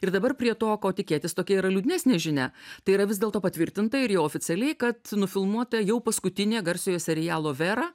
ir dabar prie to ko tikėtis tokia yra liūdnesnė žinia tai yra vis dėlto patvirtinta ir jau oficialiai kad nufilmuota jau paskutinė garsiojo serialo vera